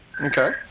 Okay